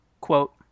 quote